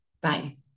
Bye